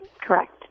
correct